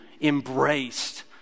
embraced